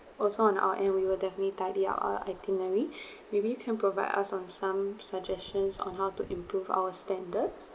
also on our end we will definitely tidy up our itinerary maybe you can provide us on some suggestions on how to improve our standards